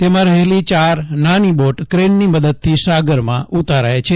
તેમાં રહેલી ચાર નાની બોટ ક્રેનની મદદથી સાગરમાં ઉતારાય છે